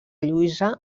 lluïsa